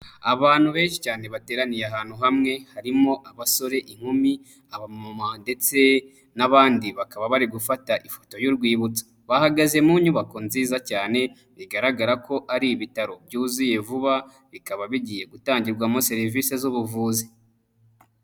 Abantu benshi cyane bateraniye ahantu hamwe harimo abasore, inkumi, abama ndetse n'abandi, bakaba bari gufata ifoto y'urwibutso bahagaze mu nyubako nziza cyane bigaragara ko ari ibitaro byuzuye vuba bikaba bigiye gutangirwamo serivisi z'ubuvuzi.